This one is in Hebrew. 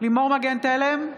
לימור מגן תלם,